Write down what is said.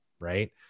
right